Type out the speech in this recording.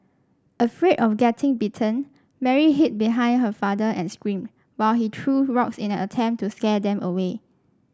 afraid of getting bitten Mary hid behind her father and screamed while he threw rocks in an attempt to scare them away